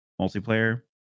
multiplayer